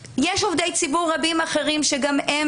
יש עובדי ציבור רבים אחרים שגם הם